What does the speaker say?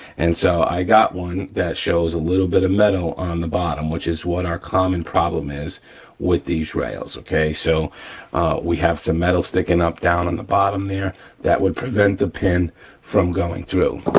and so i got one that shows a little bit of metal on the bottom, which is what our common problem is with these rails, okay. so we have some metals thicken up down on the bottom there that would prevent the pin from going through.